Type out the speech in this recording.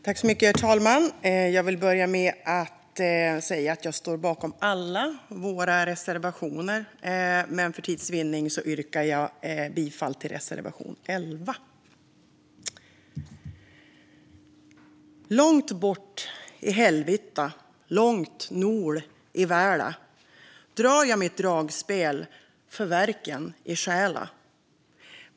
Herr talman! Jag står bakom alla våra reservationer, men för tids vinning yrkar jag bifall endast till reservation 11. Langt bort i helvitta, langt nol i väladrar ja mitt dragspelför värken i själa.